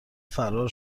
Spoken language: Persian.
فرار